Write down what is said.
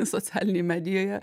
socialinėj medijoje